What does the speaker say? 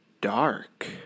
dark